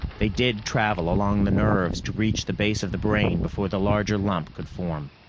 they did travel along the nerves to reach the base of the brain before the larger lump could form.